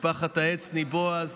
משפחת העצני, בועז